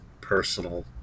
personal